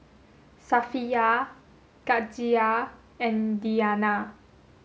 Safiya Khatijah and Diyana